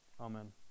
Amen